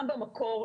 גם במקור,